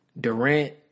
Durant